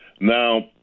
Now